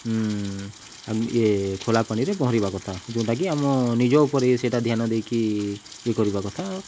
ଆମ ଇଏ ଖୋଲା ପାଣିରେ ପହଁରିବା କଥା ଯେଉଁଟାକି ଆମ ନିଜ ଉପରେ ସେଇଟା ଧ୍ୟାନ ଦେଇକି ଇଏ କରିବା କଥା